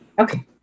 okay